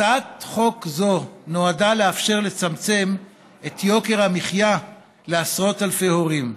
הצעת חוק זו נועדה לאפשר לצמצם את יוקר המחיה לעשרות אלפי הורים.